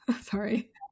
sorry